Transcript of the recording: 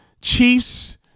Chiefs